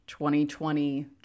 2020